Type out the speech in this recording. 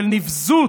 של נבזות,